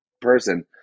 person